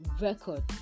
record